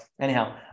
anyhow